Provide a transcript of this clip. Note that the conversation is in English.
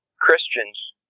Christians